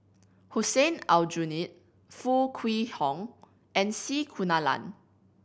Hussein Aljunied Foo Kwee Horng and C Kunalan